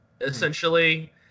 Essentially